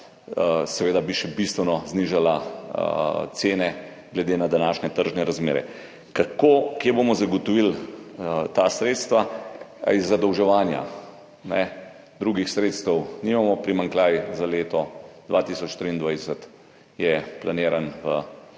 še bistveno znižala cene, glede na današnje tržne razmere. Kako, kje bomo zagotovili ta sredstva? Iz zadolževanja. Drugih sredstev nimamo. Primanjkljaj za leto 2023 je planiran v